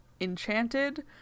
enchanted